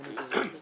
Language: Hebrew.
האם אפשר רק בקצרה?